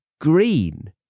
green